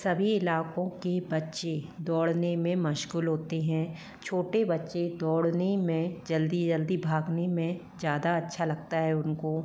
सभी इलाकों के बच्चे दौड़ने में मशगूल होते हैं छोटे बच्चे दौड़ने में जल्दी जल्दी भागने में ज़्यादा अच्छा लगता है उनको